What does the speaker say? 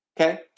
Okay